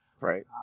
Right